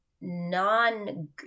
non